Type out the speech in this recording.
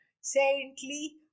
saintly